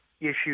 Issues